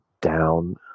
down